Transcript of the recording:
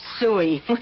suey